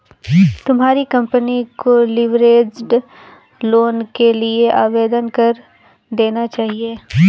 तुम्हारी कंपनी को leveraged loan के लिए आवेदन कर देना चाहिए